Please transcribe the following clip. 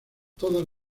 todas